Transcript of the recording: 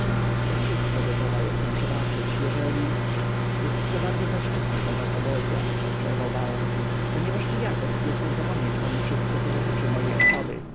ja wszystko gotowa jestem przebaczyć jeżeli jestto bardzo zaszczytne dla nas obojga przerwał baron ponieważ i ja gotów jestem zapomnieć pani wszystko co dotyczy mojej osoby